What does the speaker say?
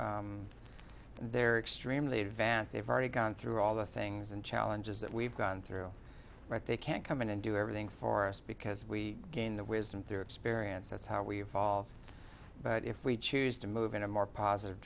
they're extremely advanced they've already gone through all the things and challenges that we've gone through that they can't come in and do everything for us because we gain the wisdom through experience that's how we evolve but if we choose to move in a more positive